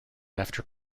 after